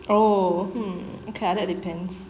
oh okay hmm depends